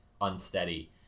unsteady